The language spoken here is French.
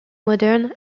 modern